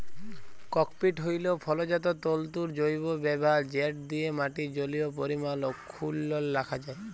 cocopeat হ্যইল ফলজাত তল্তুর জৈব ব্যাভার যেট দিঁয়ে মাটির জলীয় পরিমাল অখ্খুল্ল রাখা যায়